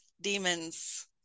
demons